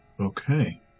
okay